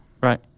Right